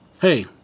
hey